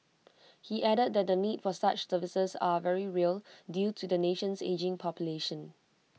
he added that the need for such services are very real due to the nation's ageing population